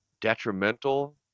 detrimental